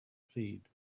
creed